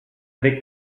tre